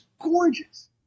gorgeous